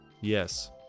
Yes